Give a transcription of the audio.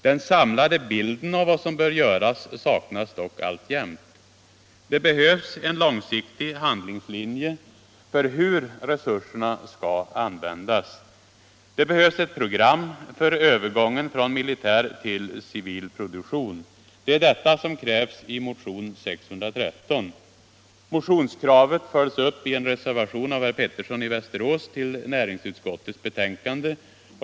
Den samlade bilden av vad som bör göras saknas alltjämt. Det behövs en långsiktig handlingslinje för hur resurserna skall användas. Det behövs ett program för övergången från militär till civil produktion. Det är detta som krävs i motionen 613. Motionskravet följs upp i en reservation av herr Pettersson i Västerås till näringsutskottets betänkande.